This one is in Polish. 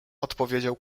odpowiedział